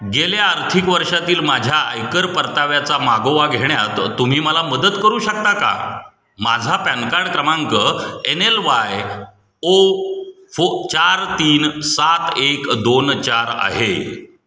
गेल्या आर्थिक वर्षातील माझ्या आयकर परताव्याचा मागोवा घेण्यात तुम्ही मला मदत करू शकता का माझा पॅन कार्ड क्रमांक एन एल वाय ओ फो चार तीन सात एक दोन चार आहे